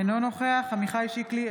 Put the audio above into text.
אינו נוכח עמיחי שיקלי,